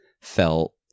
felt